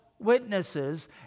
witnesses